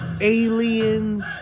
aliens